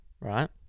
Right